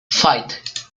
faith